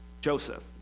Joseph